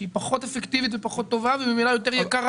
שהיא פחות אפקטיבית ופחות טובה וממילא יקרה